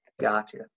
Gotcha